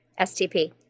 STP